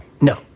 no